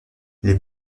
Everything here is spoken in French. les